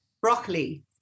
broccoli